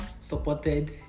supported